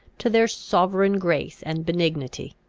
to their sovereign grace and benignity,